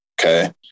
okay